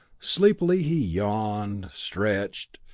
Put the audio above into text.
sleepily he yawned stretched,